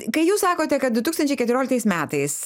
kai jūs sakote kad du tūkstančiai keturioliktais metais